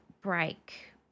break